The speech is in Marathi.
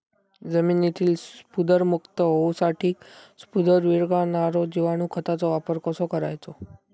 जमिनीतील स्फुदरमुक्त होऊसाठीक स्फुदर वीरघळनारो जिवाणू खताचो वापर कसो करायचो?